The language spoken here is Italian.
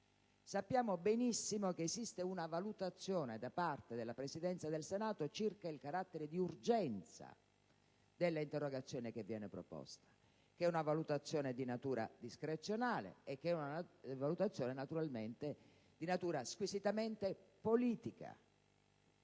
Sappiamo benissimo che esiste una valutazione da parte della Presidenza del Senato circa il carattere di urgenza dell'interrogazione che viene proposta, che è di natura discrezionale e, naturalmente, di natura squisitamente politica.